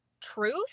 truth